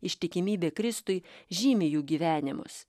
ištikimybė kristui žymi jų gyvenimus